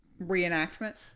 reenactment